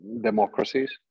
democracies